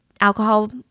alcohol